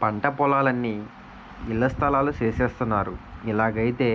పంటపొలాలన్నీ ఇళ్లస్థలాలు సేసస్తన్నారు ఇలాగైతే